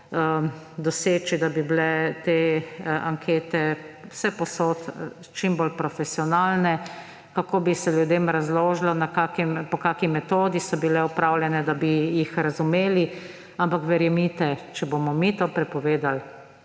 doseči, da bi bile te ankete vsepovsod čim bolj profesionalne, kako bi se ljudem razložilo, po kakšni metodi so bile opravljene, da bi jih razumeli. Ampak verjemite, če bomo mi to prepovedali,